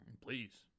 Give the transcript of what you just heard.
please